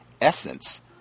essence